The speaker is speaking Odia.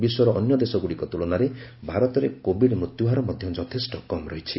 ବିଶ୍ୱର ଅନ୍ୟ ଦେଶଗୁଡ଼ିକ ତୁଳନାରେ ଭାରତରେ କୋବିଡ୍ ମୃତ୍ୟୁହାର ମଧ୍ୟ ଯଥେଷ୍ଟ କମ୍ ରହିଛି